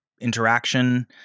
interaction